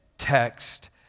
text